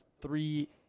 three